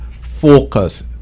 focus